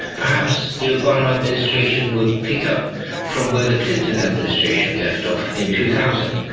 perhaps the obama administration would pick up from where the clinton administration left off in two thousand.